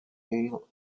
hall